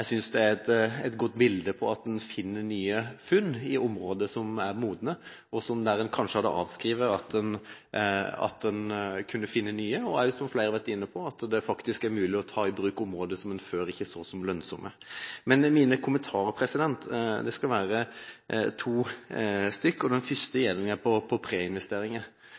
en gjør nye funn i områder som er modne, der en kanskje hadde avskrevet at en kunne finne nye, og også, som flere har vært inne på, at det faktisk er mulig å ta i bruk områder som en før ikke så som lønnsomme. Men mine kommentarer er to stykker. Den første går på preinvesteringer. Jeg opplever den utviklingen som er når det gjelder behandlingen av denne typen saker i Stortinget, som litt sviktende. Derfor er vi tydelige på